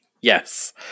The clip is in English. Yes